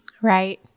Right